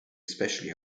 especially